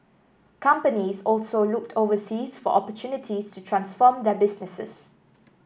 companies also looked overseas for opportunities to transform their businesses